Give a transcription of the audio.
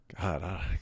God